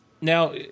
Now